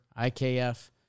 IKF